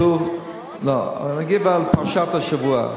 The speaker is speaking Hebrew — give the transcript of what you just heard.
נדבר על פרשת השבוע.